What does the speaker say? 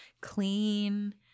clean